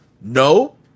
No